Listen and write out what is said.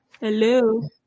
Hello